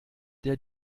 der